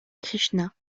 krishna